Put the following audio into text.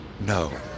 no